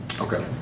Okay